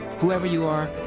whoever you are,